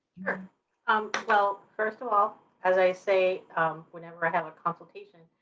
um well, first of all as i say whenever i have a consultation,